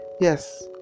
yes